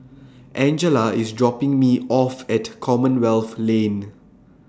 Angella IS dropping Me off At Commonwealth Lane